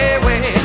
away